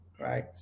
right